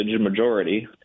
majority